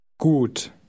Gut